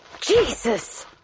Jesus